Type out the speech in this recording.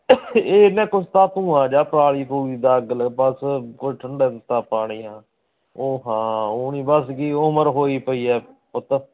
ਇਹ ਨਾ ਕੁਛ ਤਾਂ ਧੂੰਆਂ ਜਿਹਾ ਪਰਾਲੀ ਪਰੁਲੀ ਦਾ ਅੱਗ ਬਸ ਕੁਛ ਠੰਡਾ ਤੱਤਾ ਪਾਣੀ ਆ ਉਹ ਹਾਂ ਉਹ ਨੀ ਬਸ ਜੀ ਉਮਰ ਹੋਈ ਪਈ ਐ ਪੁੱਤ